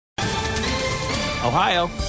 Ohio